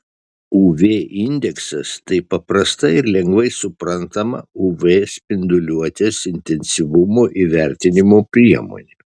uv indeksas tai paprasta ir lengvai suprantama uv spinduliuotės intensyvumo įvertinimo priemonė